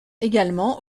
également